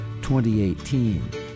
2018